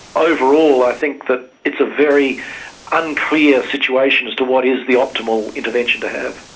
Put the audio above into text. overall i think that it's a very unclear situation as to what is the optimal intervention to have.